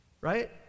right